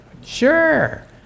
sure